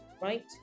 right